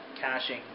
caching